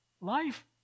Life